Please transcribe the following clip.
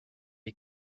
les